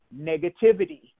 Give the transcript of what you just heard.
negativity